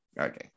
Okay